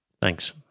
Thanks